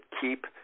keep